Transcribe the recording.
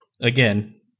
Again